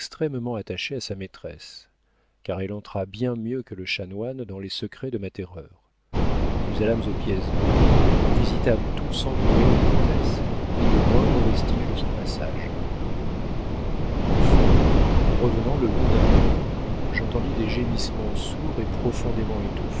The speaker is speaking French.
attachée à sa maîtresse car elle entra bien mieux que le chanoine dans les secrets de ma terreur nous allâmes aux pièces d'eau nous visitâmes tout sans trouver la comtesse ni le moindre vestige de son passage enfin en revenant le long d'un mur j'entendis des gémissements sourds et profondément